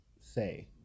say